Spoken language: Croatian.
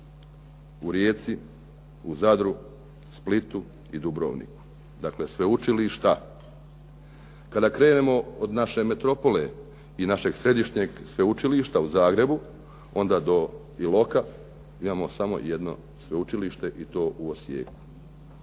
u Rijeci, u Zadru, Splitu i Dubrovniku, dakle sveučilišta. Kada krenemo od naše metropole i našeg središnjeg sveučilišta u Zagrebu, onda do Iloka imamo samo jedno sveučilište i to u Osijeku.